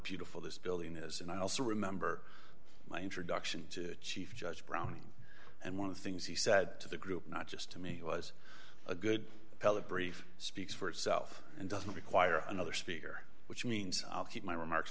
beautiful this building is and i also remember my introduction to chief judge browning and one of the things he said to the group not just to me was a good appellate brief speaks for itself and doesn't require another speaker which means i'll keep my remarks